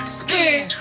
spin